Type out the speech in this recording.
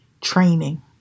Training